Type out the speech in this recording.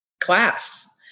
class